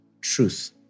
truth